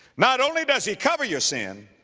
not only does he cover your sin,